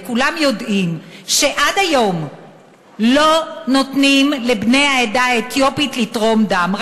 וכולם יודעים שעד היום לא נותנים לבני העדה האתיופית לתרום דם.